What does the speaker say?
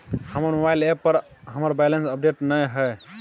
हमर mobile app पर हमरा बैलेंस अपडेट नय हय